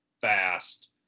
fast